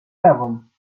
seven